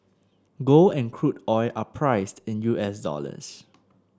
gold and crude oil are priced in U S dollars